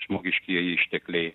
žmogiškieji ištekliai